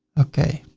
okay.